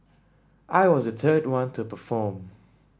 I was the third one to perform